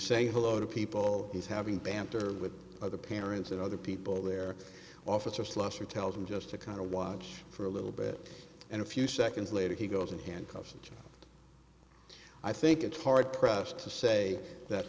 saying hello to people he's having banter with other parents and other people there officer slusser tells him just to kind of watch for a little bit and a few seconds later he goes in handcuffs and i think it's hard pressed to say that